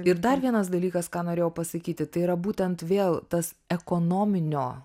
ir dar vienas dalykas ką norėjau pasakyti tai yra būtent vėl tas ekonominio